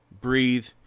breathe